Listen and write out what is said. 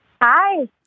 hi